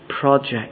project